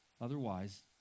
Otherwise